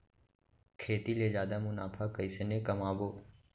खेती ले जादा मुनाफा कइसने कमाबो?